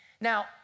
Now